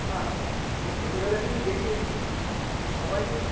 আর আমি ছোটবেলা থেকেই দেখে এসেছি যে সবাইকেই